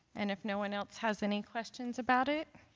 an if no one else has any questions about it?